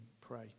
pray